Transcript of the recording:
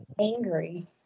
angry